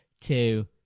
two